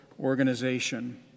organization